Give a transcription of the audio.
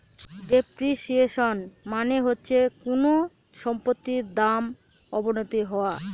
depreciation মানে হচ্ছে কোনো সম্পত্তির দাম অবনতি হওয়া